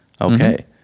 Okay